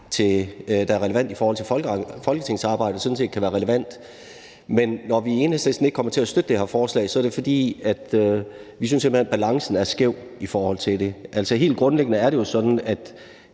der er relevant i forhold til folketingsarbejdet, sådan set kan være relevant. Men når vi i Enhedslisten ikke kommer til at støtte det her forslag, er det, fordi vi simpelt hen synes, at balancen er skæv i forhold til det. Helt grundlæggende er det jo sådan, at